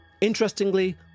Interestingly